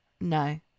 No